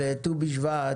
על ט"ו בשבט,